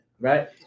Right